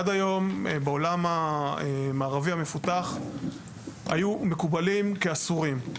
עד היום בעולם המערבי המפותח היו מקובלים כאסורים.